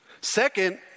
Second